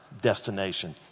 destination